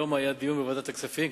היום היה דיון בוועדת הכספים,